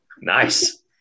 Nice